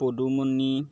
Padumoni